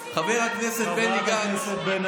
אנחנו רוצים, חברת הכנסת בן ארי,